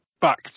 back